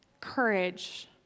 courage